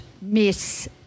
miss